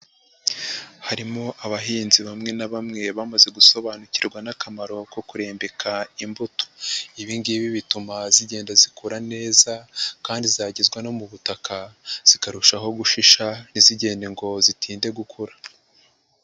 Harimo abahinzi bamwe na bamwe bamaze gusobanukirwa n'akamaro ko kurembika imbuto, ibi ngibi bituma zigenda zikura neza kandi zagezwa no mu butaka zikarushaho gushisha ntizigende ngo zitinde gukura.